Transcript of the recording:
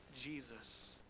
Jesus